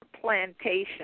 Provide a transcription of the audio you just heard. plantation